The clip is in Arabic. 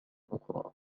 أخرى